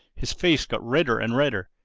his face got redder and redder.